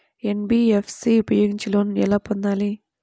NBFC ఉపయోగించి loan ఎలా పొందాలి?